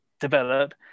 develop